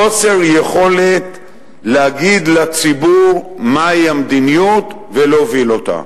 חוסר יכולת להגיד לציבור מהי המדיניות ולהוביל אותה.